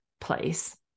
place